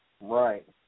Right